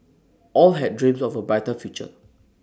all had dreams of A brighter future